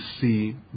see